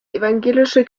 evangelische